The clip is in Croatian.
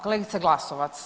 Kolegica Glasovac.